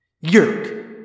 Yerk